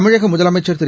தமிழகமுதலமைச்சர் திரு